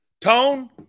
Tone